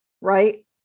right